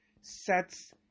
sets